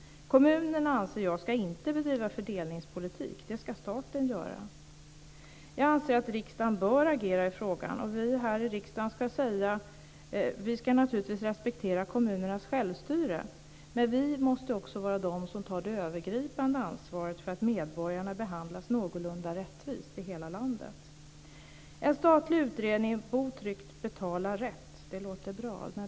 Jag anser inte att kommunerna ska bedriva fördelningspolitik - det ska staten göra. Jag anser att riksdagen bör agera i frågan. Vi här i riksdagen ska naturligtvis respektera kommunernas självstyre, men vi måste också vara de som tar det övergripande ansvaret för att medborgarna behandlas någorlunda rättvist i hela landet. En statlig utredning om att bo tryggt och betala rätt låter bra.